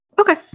Okay